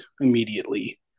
immediately